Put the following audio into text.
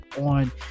on